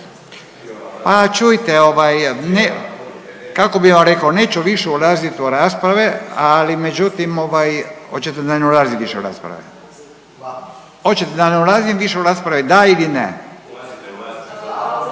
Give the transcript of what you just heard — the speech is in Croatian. A čujte, ovaj kako bih vam rekao neću više ulaziti u rasprave, ali međutim ovaj hoćete da ne ulazim više u rasprave? Hoćete da više ne ulazim u rasprave da ili ne? …/Upadica: Ulazite,